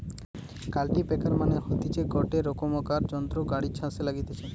কাল্টিপ্যাকের মানে হতিছে গটে রোকমকার যন্ত্র গাড়ি ছাসে লাগতিছে